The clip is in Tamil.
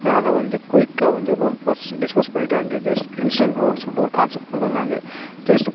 அதனால வந்து குயிக்காக வந்து லோன் பாஸ் டிஸ்போஸ் பண்ணிட்டாங்க ஜஸ்ட் இன்ஸ்டன்ட் லோன்னு சொல்லிட்டு ஒரு கான்செப்ட் கொண்டு வந்தாங்க ஜஸ்ட்